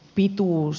pituus